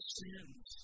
sins